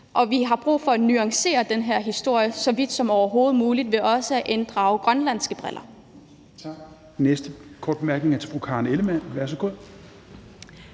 og vi har brug for at nuancere den her historie så vidt som overhovedet muligt ved også at se den med grønlandske briller.